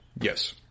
Yes